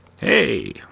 Hey